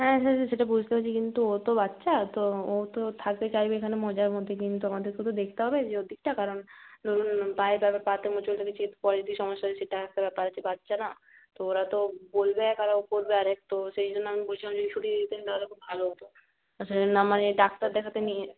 হ্যাঁ হ্যাঁ সেটা বুঝতে পারছি কিন্তু ও তো বাচ্চা তো ও তো থাকতে চাইবেই এখানে মজার মধ্যে কিন্তু আমাদেরকে তো দেখতে হবে যে ওর দিকটা কারণ পায়ে তো আবার পা তে মোচড় লেগেছে এরপরে যদি সমস্যা হয় সেটা একটা ব্যাপার আছে বাচ্চা না তো ওরা তো বলবে এক আর ও করবে আর এক তো সেই জন্য আমি বলছিলাম যদি ছুটি দিয়ে দিতেন তাহলে খুব ভালো হতো সেজন্য মানে ডাক্তার দেখাতে নিয়ে